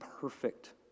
perfect